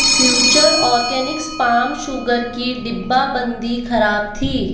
future organic spam sugar की डिब्बाबंदी खराब थी